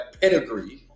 pedigree